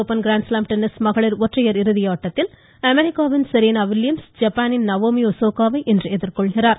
open grand slam tennis மகளிர் ஒற்றையர் இறுதி ஆட்டத்தில் அமெரிக்காவின் செரீனா வில்லியம்ஸ் ஜப்பானின் நவோமி ஒசாகாவை இன்று எதிர்கொள்கிறார்